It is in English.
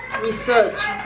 research